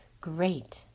Great